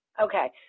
Okay